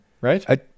right